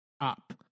up